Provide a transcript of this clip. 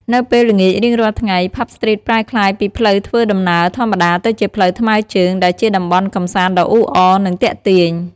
នៅពេលល្ងាចរៀងរាល់ថ្ងៃ ផាប់ ស្ទ្រីត ប្រែក្លាយពីផ្លូវធ្វើដំណើរធម្មតាទៅជាផ្លូវថ្មើរជើងដែលជាតំបន់កម្សាន្តដ៏អ៊ូអរ និងទាក់ទាញ។